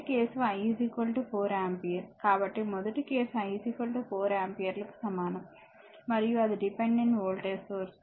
కాబట్టి మొదటి కేసు I 4 ఆంపియర్లకు సమానం మరియు అది డిపెండెంట్ వోల్టేజ్ సోర్స్